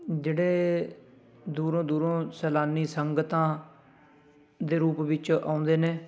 ਜਿਹੜੇ ਦੂਰੋਂ ਦੂਰੋਂ ਸੈਲਾਨੀ ਸੰਗਤਾਂ ਦੇ ਰੂਪ ਵਿੱਚ ਆਉਂਦੇ ਨੇ